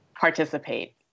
participate